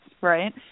right